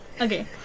Okay